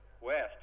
west